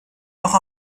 noch